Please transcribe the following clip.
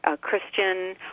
Christian